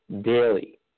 daily